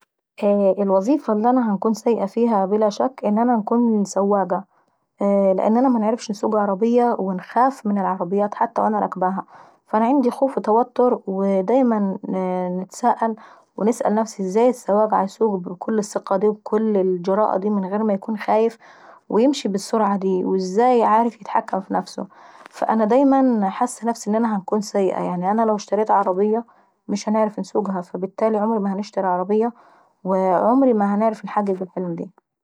ايه الوظيفة اللي انا هنكون سيئة فيها بلا شك ان انا نكون سواقة. لاني منعرفش نسوق عربية، وباخاف من العربيات حتى وانا راكباها. فانا عندي خوف وتوتر ودايما نتساءل ونسأل نفسي ازاي السواق بيسوق بكل الجراءة دي وبكل الثقة داي من غير ما يكون حايف؟ وازاي بيسوق بالسرعة داي وعارف يتحكم في نفسه؟ فانا دايما حاسة نفسي هنكون سيئة، فانا لو اشتريت عربية مش هنعرف انسوقها فبالتالي عمري ما هنشتري عربية وعمري ما هنعرف انحقق الحلم ديي.